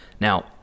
Now